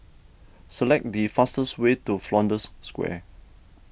select the fastest way to Flanders Square